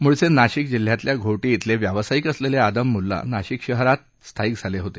मूळचे नाशिक जिल्ह्यातल्या घोटी इथले व्यावसायिक असलेले आदम मूल्ला नाशिक शहरात स्थायिक झाले होते